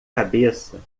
cabeça